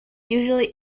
usually